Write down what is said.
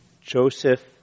Joseph